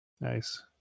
nice